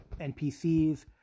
NPCs